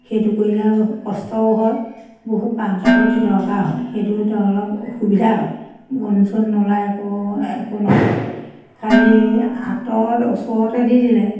সেইটো কৰিলে কষ্টও হয় বহুত বাঁহ কাঠৰো দৰকাৰ হয় সেইটোত অলপ সুবিধা হয় গোন্ধ চোন্ধ নোলায় একো একো নহয় খালী আঁতৰত ওচৰতে দি দিলে